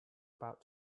about